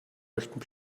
möchten